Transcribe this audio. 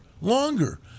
longer